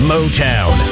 Motown